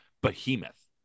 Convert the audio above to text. behemoth